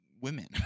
women